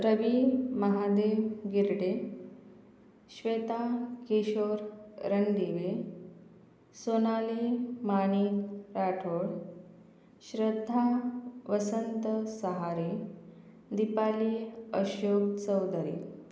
Ravi Mahadev Girde Shweta Kishor Randive Sonali Manik Rathod Shraddha Vasant Sahare Dipali Ashok Chaudhari